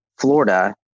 Florida